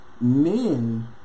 men